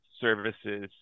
services